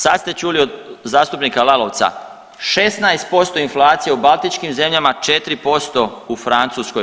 Sad ste čuli od zastupnika Lalovca 16% inflacije u Baltičkim zemljama, 4% u Francuskoj.